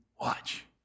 Watch